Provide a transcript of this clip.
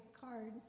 card